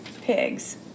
pigs